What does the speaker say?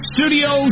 Studio